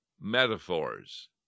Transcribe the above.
metaphors